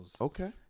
Okay